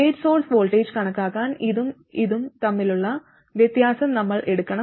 gate source voltage കണക്കാക്കാൻ ഇതും ഇതും തമ്മിലുള്ള വ്യത്യാസം നമ്മൾ എടുക്കണം